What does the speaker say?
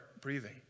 breathing